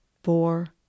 four